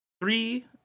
three